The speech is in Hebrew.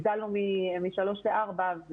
משלוש לארבע.